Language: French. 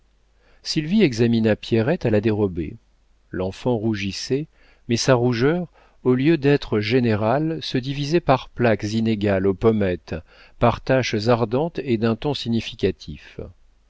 sylvie examina pierrette à la dérobée l'enfant rougissait mais sa rougeur au lieu d'être générale se divisait par plaques inégales aux pommettes par taches ardentes et d'un ton significatif